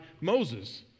Moses